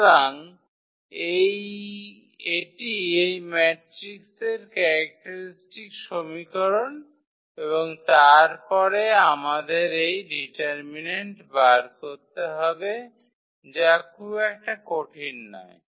সুতরাং এটি এই ম্যাট্রিক্সের ক্যারেক্টারিস্টিক সমীকরণ এবং তারপরে আমাদের এই ডিটারমিন্যান্টের মান বের করতে হবে যা খুব একটা কঠিন নয়